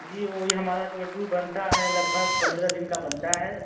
जी वह वही हमारा जो है टूर बनता है लगभग पंद्रह दिन का बनता है